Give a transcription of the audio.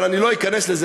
אבל אני לא אכנס לזה,